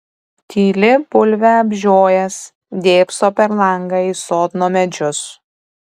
tyli bulvę apžiojęs dėbso per langą į sodno medžius